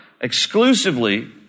exclusively